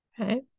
Okay